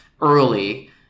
early